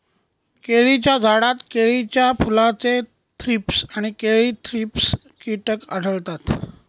केळीच्या झाडात केळीच्या फुलाचे थ्रीप्स आणि केळी थ्रिप्स कीटक आढळतात